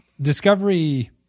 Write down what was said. Discovery –